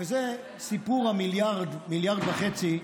וזה סיפור ה-1 1.5 מיליארד שקל,